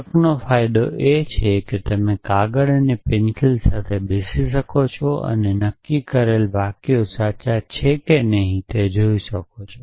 તર્કનો ફાયદો એ છે કે તમે કાગળ અને પેંસિલ સાથે બેસી શકો છો અને નક્કી કરેલા વાક્યો સાચા છે કે નહીં તે જોઈ શકો છો